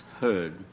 heard